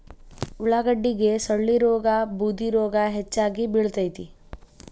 ಉಳಾಗಡ್ಡಿಗೆ ಸೊಳ್ಳಿರೋಗಾ ಬೂದಿರೋಗಾ ಹೆಚ್ಚಾಗಿ ಬಿಳತೈತಿ